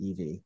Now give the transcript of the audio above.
EV